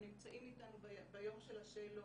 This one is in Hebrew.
הם נמצאים איתנו ביום של השאלון,